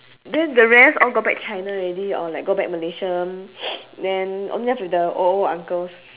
then the rest all go back china already or like go back malaysian then only left with the old old uncles